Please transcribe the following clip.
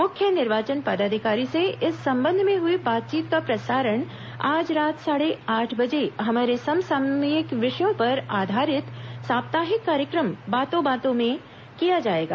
मुख्य निर्वाचन पदाधिकारी से इस संबंध में हुई बातचीत का प्रसारण आज रात साढ़े आठ बजे हमारे समसामयिक विषयों पर आधारित साप्ताहिक कार्यक्रम बातों बातों में किया जाएगा